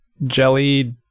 jelly